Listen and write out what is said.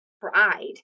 pride